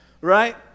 Right